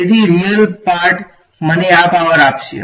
તેથી રીયલ ભાગ મને પાવર આપશે